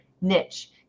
niche